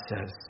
says